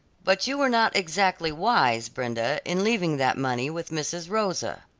but you were not exactly wise, brenda, in leaving that money with mrs. rosa.